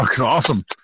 awesome